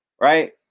right